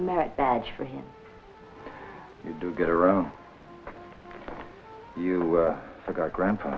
met badge for him you do get around you got grandpa